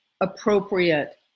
appropriate